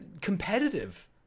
competitive